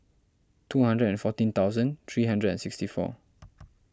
two hundred and fourteen thousand three hundred and sixty four